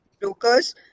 brokers